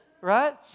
right